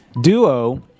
Duo